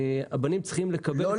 הבנים צריכים לקבל את הכלים --- לא